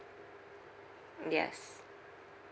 yes